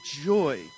joy